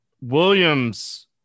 williams